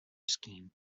scheme